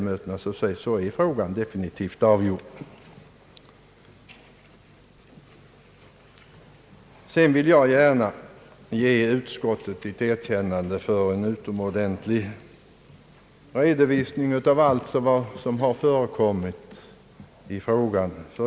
Jag vill gärna ge utskottet ett erkännande för en utomordentligt god redovisning av allt som har förekommit i frågan.